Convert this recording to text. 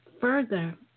further